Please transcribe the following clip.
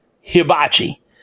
hibachi